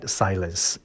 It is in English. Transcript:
silence